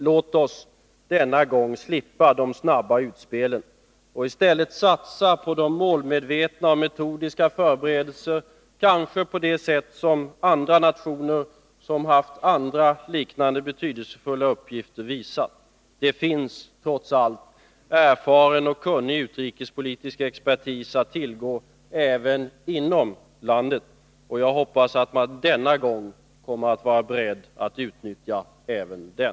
Låt oss denna gång slippa de snabba utspelen och i stället satsa på de målmedvetna och metodiska förberedelserna, kanske på det sätt som andra nationer som haft liknande betydelsefulla uppgifter visat. Det finns — trots allt — erfaren och kunnig utrikespolitisk expertis att tillgå även inom landet, och jag hoppas att man denna gång kommer att vara beredd att utnyttja även den.